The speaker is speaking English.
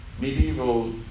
medieval